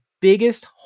biggest